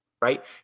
Right